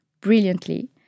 brilliantly